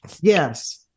Yes